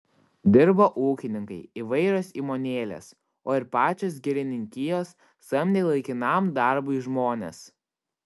dirbo ūkininkai įvairios įmonėlės o ir pačios girininkijos samdė laikinam darbui žmones